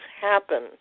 happen